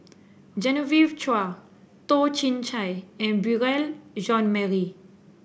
Genevieve Chua Toh Chin Chye and Beurel Jean Marie